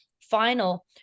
final